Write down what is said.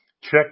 Check